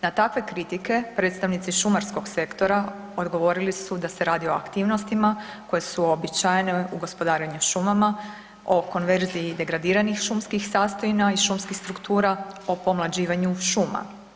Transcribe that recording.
Na takve kritike predstavnici šumarskog sektora odgovorili su da se radi o aktivnostima koje su uobičajene u gospodarenju šumama, o konverziji degradiranih šumskih sastojina i šumskih struktura, o pomlađivanju šuma.